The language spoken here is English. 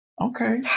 Okay